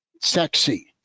sexy